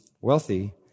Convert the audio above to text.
wealthy